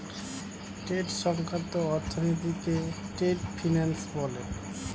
trade সংক্রান্ত অর্থনীতিকে trade finance বলে